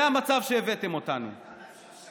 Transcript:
זה המצב שהבאתם אותנו אליו.